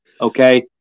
okay